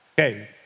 Okay